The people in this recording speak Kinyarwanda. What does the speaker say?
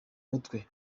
mutwe